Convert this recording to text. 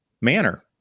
manner